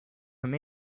from